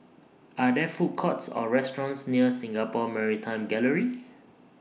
Are There Food Courts Or restaurants near Singapore Maritime Gallery